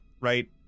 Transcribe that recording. right